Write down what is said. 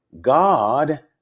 God